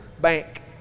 bank